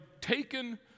taken